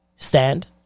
stand